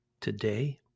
Today